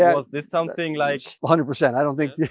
yeah was this something like. one hundred percent! i don't think,